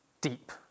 deep